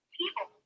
people